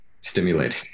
stimulated